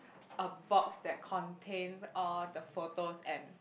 a box that contains all the photos and